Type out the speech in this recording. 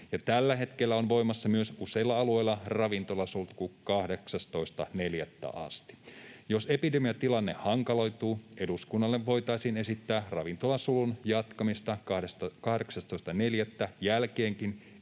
tällä hetkellä on voimassa myös ravintolasulku useilla alueilla 18.4. asti. Jos epidemiatilanne hankaloituu, eduskunnalle voitaisiin esittää ravintolasulun jatkamista 18.4. jälkeenkin